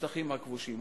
בשטחים הכבושים.